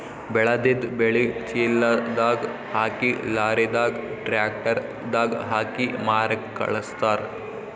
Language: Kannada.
ಬೆಳೆದಿದ್ದ್ ಬೆಳಿ ಚೀಲದಾಗ್ ಹಾಕಿ ಲಾರಿದಾಗ್ ಟ್ರ್ಯಾಕ್ಟರ್ ದಾಗ್ ಹಾಕಿ ಮಾರಕ್ಕ್ ಖಳಸ್ತಾರ್